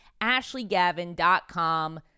AshleyGavin.com